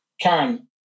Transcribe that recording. Karen